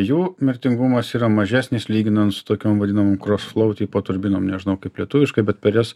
jų mirtingumas yra mažesnis lyginant su tokiom vadinamom crossflow tipo turbinom nežinau kaip lietuviškai bet per jas